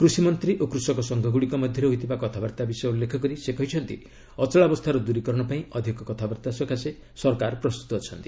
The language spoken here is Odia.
କୃଷି ମନ୍ତ୍ରୀ ଓ କୃଷକ ସଂଘ ଗୁଡ଼ିକ ମଧ୍ୟରେ ହୋଇଥିବା କଥାବାର୍ତ୍ତା ବିଷୟ ଉଲ୍ଲେଖ କରି ସେ କହିଛନ୍ତି ଅଚଳାବସ୍ଥାର ଦୂରୀକରଣ ପାଇଁ ଅଧିକ କଥାବାର୍ତ୍ତା ସକାଶେ ସରକାର ପ୍ରସ୍ତୁତ ଅଛନ୍ତି